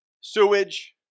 Sewage